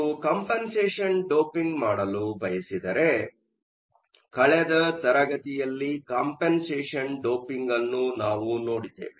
ನೀವು compensation doping ಮಾಡಲು ಬಯಸಿದರೆ ಕಳೆದ ತರಗತಿಯಲ್ಲಿ ಕಂಪನ್ಸೇಷನ್ ಡೋಪಿಂಗ್ ಅನ್ನು ನಾವು ನೋಡಿದ್ದೇವೆ